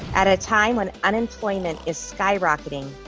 at a time when unemployment is skyrocketing,